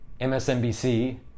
MSNBC